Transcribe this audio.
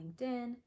linkedin